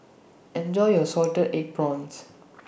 Enjoy your Salted Egg Prawns